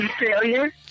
Failure